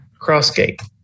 Crossgate